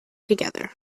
together